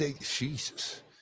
Jesus